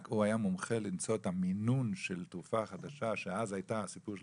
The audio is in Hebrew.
הוא היה מומחה למצוא את המינון של תרופה חדשה שהייתה הסיפור אז,